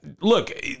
Look